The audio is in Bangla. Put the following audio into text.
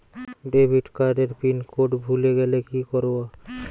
ডেবিটকার্ড এর পিন কোড ভুলে গেলে কি করব?